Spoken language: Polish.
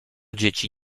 dzieci